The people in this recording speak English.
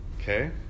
Okay